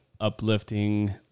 uplifting